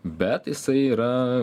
bet jisai yra